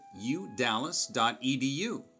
udallas.edu